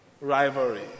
Rivalry